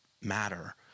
matter